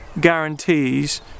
guarantees